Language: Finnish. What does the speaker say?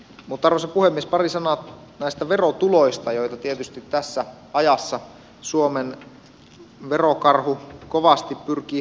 mutta arvoisa puhemies pari sanaa näistä verotuloista joita tietysti tässä ajassa suomen verokarhu kovasti pyrkii hamuamaan